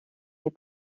les